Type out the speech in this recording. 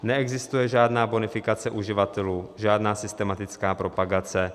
Neexistuje žádná bonifikace uživatelů, žádná systematická propagace.